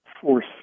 force